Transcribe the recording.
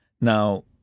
Now